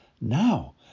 now